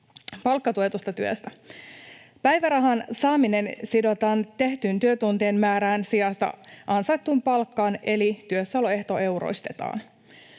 palkkatuetusta työstä. Päivärahan saaminen sidotaan tehtyjen työtuntien määrän sijasta ansaittuun palkkaan eli työssäoloehto euroistetaan.